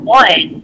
one